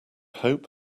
hope